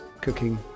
cooking